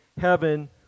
heaven